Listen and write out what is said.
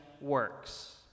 works